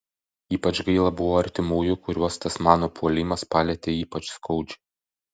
ypač gaila buvo artimųjų kuriuos tas mano puolimas palietė ypač skaudžiai